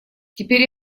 теперь